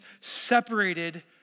separated